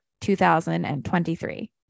2023